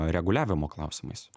reguliavimo klausimais